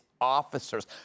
officers